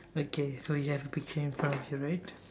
okay so you have the picture in front of you right